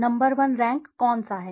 number one rank कौन सा है